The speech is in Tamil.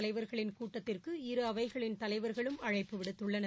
தலைவர்களின் கூட்டத்திற்கு இருஅவைகளின் தலைவர்களும் அழைப்பு விடுத்துள்ளனர்